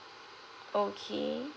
okay